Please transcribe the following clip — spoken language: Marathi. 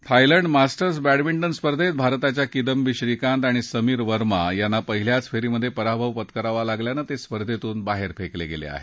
थायलंड मास्टर्स बॅडमिंटन स्पर्धेत भारताच्या किदंबी श्रीकांत आणि समीर वर्मा यांना पहिल्याच फेरीत पराभव पत्करावा लागल्यानं ते स्पर्धेतून बाहेर फेकले गेले आहेत